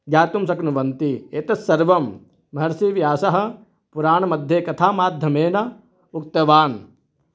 ज्ञातुं शक्नुवन्ति एतत् सर्वं महर्सिव्यासः पुराणमध्ये कथामाध्यमेन उक्तवान्